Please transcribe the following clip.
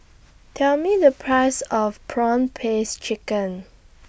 Tell Me The Price of Prawn Paste Chicken